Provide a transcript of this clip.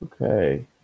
Okay